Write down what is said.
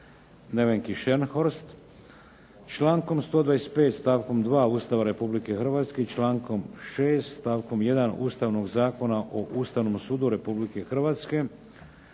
Nevenki Šenhorst. Člankom 125. stavkom 2. Ustava Republike Hrvatske i člankom 6. stavkom 1. Ustavnog zakona o Ustavnom sudu Republike Hrvatske,